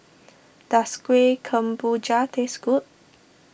does Kueh Kemboja taste good